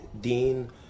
dean